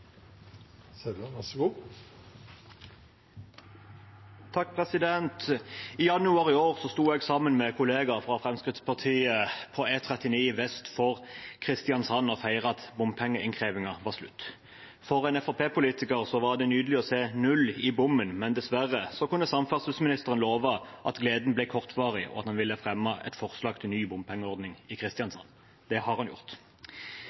I januar i år sto jeg sammen med kollegaer fra Fremskrittspartiet på E39 vest for Kristiansand og feiret at bompengeinnkrevingen var slutt. For en Fremskrittsparti-politiker var det nydelig å se 0 kr i bommen, men dessverre kunne samferdselsministeren love at gleden ble kortvarig, og at han ville fremme et forslag til ny bompengeordning i Kristiansand. Det har han gjort.